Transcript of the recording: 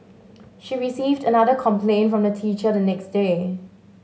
she received another complaint from the teacher the next day